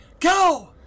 Go